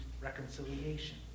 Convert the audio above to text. reconciliation